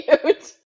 cute